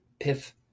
Piff